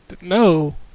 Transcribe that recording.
no